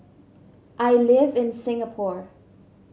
I live in Singapore